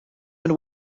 been